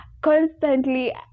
constantly